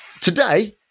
Today